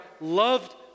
loved